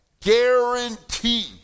Guarantee